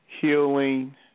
healing